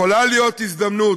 שיכולה להיות הזדמנות